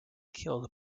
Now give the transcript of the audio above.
killed